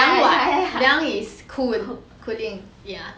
凉 what 凉 is cool cooling